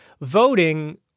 voting